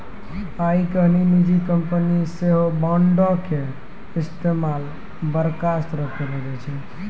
आइ काल्हि निजी कंपनी सेहो बांडो के इस्तेमाल बड़का स्तरो पे करै छै